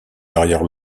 derrière